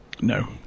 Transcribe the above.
No